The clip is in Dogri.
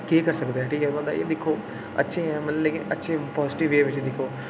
केह् करी सकदा ऐ ठीक ऐ बंदा एह् दिक्खो अच्छे ऐ मतलब लेकिन अच्छे ऐ पाजीटिब वे बिच दिक्खो